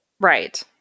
right